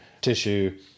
tissue